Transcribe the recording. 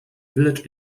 village